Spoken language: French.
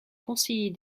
conseiller